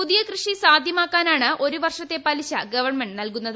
പുതിയ കൃഷി സാധ്യമാക്കാനാണ് ഒരു വർഷത്തെ പലിശ ഗവൺമെന്റ് നൽകുന്നത്